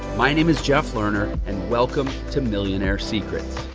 my name is jeff lerner and welcome to millionaire secrets.